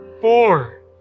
Four